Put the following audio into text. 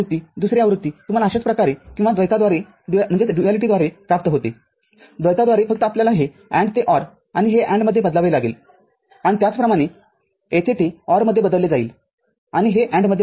दुसरी आवृत्ती तुम्हाला अशाच प्रकारे किंवा द्वैताद्वारे प्राप्त होते द्वैताद्वारेफक्त आपल्याला हे AND ते OR आणि हे AND मध्ये बदलावे लागेल आणि त्याचप्रमाणेयेथे ते OR मध्ये बदलले जाईल आणि हे AND मध्ये बदलेल